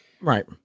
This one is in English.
Right